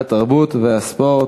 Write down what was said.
התרבות והספורט.